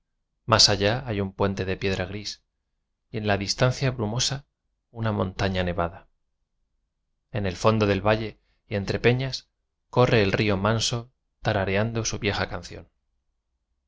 más allá hay un puente de piedra gris y en la dis tancia brumosa una montaña nevada en el fondo del valle y entre peñas corre el río manso tarareando su vieja canción